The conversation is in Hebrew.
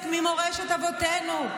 חלק ממורשת אבותינו,